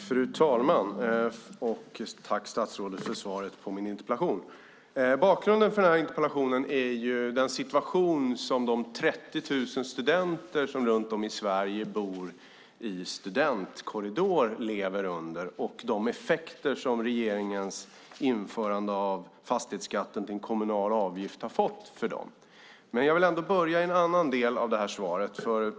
Fru talman! Jag tackar statsrådet för svaret på min interpellation. Bakgrunden till interpellationen är den situation som de 30 000 studenter som runt om i Sverige bor i studentkorridor lever i och de effekter som regeringens införande av fastighetsskatten som en kommunal avgift har fått för dem. Jag vill ändå börja i en annan del av svaret.